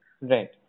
Right